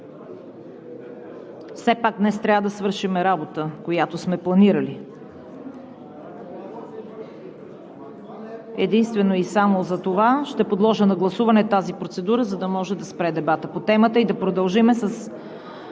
Все пак днес трябва да свършим работата, която сме планирали. Единствено и само затова ще подложа на гласуване тази процедура, за да може да спре дебатът по темата и да продължим с